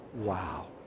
Wow